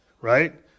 right